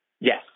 Yes